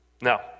Now